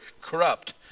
corrupt